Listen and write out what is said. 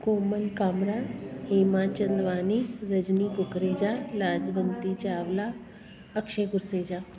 Komal Kamra Hema Chandwani Rajni Kukreja Lajwanti Chawla Akshay Kurseja